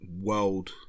world